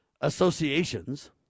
associations